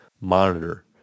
monitor